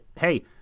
Hey